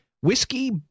Whiskey